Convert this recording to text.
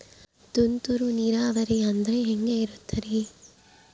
ತುಂತುರು ನೇರಾವರಿ ಅಂದ್ರೆ ಹೆಂಗೆ ಇರುತ್ತರಿ?